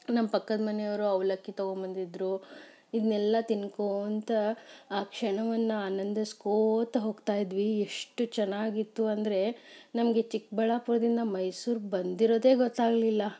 ನಮ್ಮ ಪಕ್ಕದ ಮನೆಯವರು ಅವಲಕ್ಕಿ ತಗೊಂಬಂದಿದ್ರು ಇದ್ನೆಲ್ಲ ತಿನ್ಕೋತ ಆ ಕ್ಷಣವನ್ನು ಆನಂದಿಸ್ಕೋತಾ ಹೋಗ್ತಾ ಇದ್ವಿ ಎಷ್ಟು ಚೆನ್ನಾಗಿತ್ತು ಅಂದರೆ ನಮಗೆ ಚಿಕ್ಕಬಳ್ಳಾಪುರ್ದಿಂದ ಮೈಸೂರ್ ಬಂದಿರೋದೆ ಗೊತ್ತಾಗಲಿಲ್ಲ